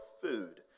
food